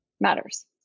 matters